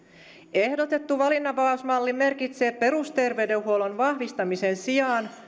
ehdotettu valinnanvapausmalli merkitsee perusterveydenhuollon vahvistamisen sijaan